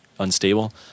unstable